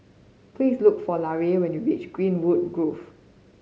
please look for Larae when you reach Greenwood Grove